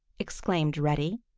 exclaimed reddy.